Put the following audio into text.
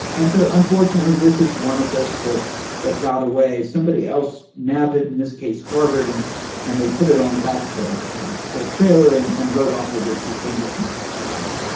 and so unfortunately this is one of those fish that got away. somebody else nabbed it, in this case harvard, and and they put it on the back of their their trailer and and road off with it to cambridge, massachusetts.